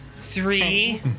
Three